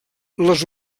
les